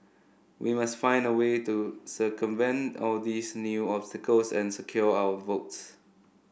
we must find a way to circumvent all these new obstacles and secure our votes